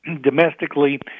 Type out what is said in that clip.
domestically